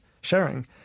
sharing